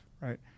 right